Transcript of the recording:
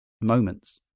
moments